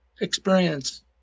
experience